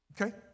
Okay